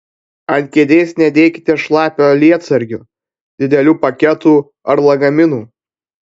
ant kėdės nedėkite šlapio lietsargio didelių paketų ar lagaminų